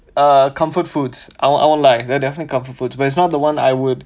uh comfort foods I want I want like they're definitely comfort foods but it's not the one I would